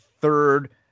third